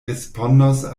respondos